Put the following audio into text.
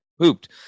pooped